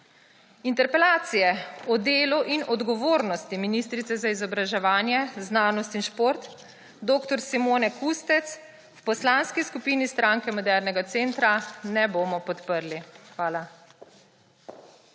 Interpelacije o delu in odgovornosti ministrice za izobraževanje, znanost in šport dr. Simone Kustec v Poslanski skupini Stranke modernega centra ne bomo podprli. Hvala.